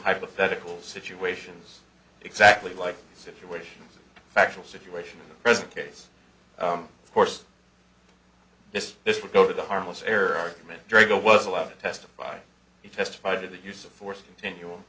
hypothetical situations exactly like situations a factual situation in the present case of course this this would go to the harmless error argument dr bill was allowed to testify he testified to the use of force continuum